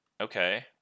okay